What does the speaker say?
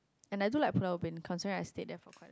and I do like Pulau-Ubin constant rise it therefore